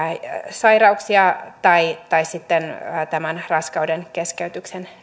sairauksia tai tai tämän raskaudenkeskeytyksen